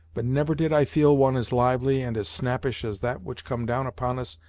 but never did i feel one as lively and as snappish as that which come down upon us,